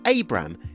Abram